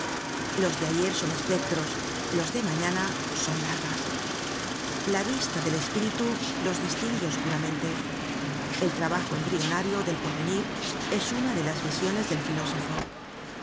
los de ayer son espectros los de mañana son larvas la vista del espíritu los distingue oscuramente el trabajo embrionario del porvenir es una de las visiones del filósofo